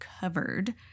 covered